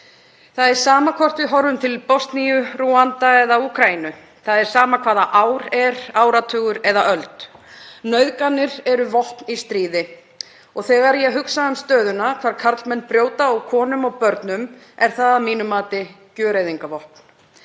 Það er sama hvort við horfum til Bosníu, Rúanda eða Úkraínu, það er sama hvaða ár er, áratugur eða öld; nauðganir eru vopn í stríði. Þegar ég hugsa um stöðuna, hvar karlmenn brjóta á konum og börnum er það að mínu mati gjöreyðingarvopn.